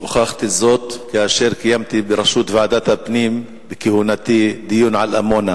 הוכחתי זאת כאשר קיימתי בכהונתי בראשות ועדת הפנים דיון על עמונה.